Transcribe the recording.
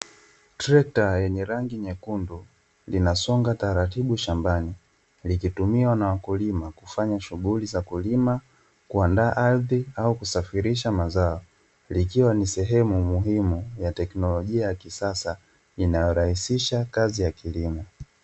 Trekta yenye rangi nyekundu, linasonga taratibu shambani, likitumiwa na wakulima kufanya shughuli za kulima, kuandaa ardhi au kusafirisha mazao. Likiwa ni sehemu muhimu ya teknolojia ya kisasa inayorahisisha kazi ya kilimo.